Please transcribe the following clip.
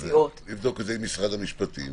לבדוק את זה עם משרד המשפטים.